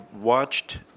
watched